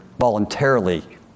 voluntarily